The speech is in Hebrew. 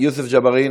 יוסף ג'בארין.